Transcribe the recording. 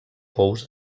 pous